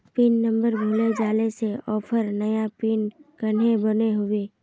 Pin number भूले जाले से ऑफर नया पिन कन्हे बनो होबे?